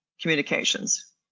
communications